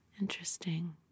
Interesting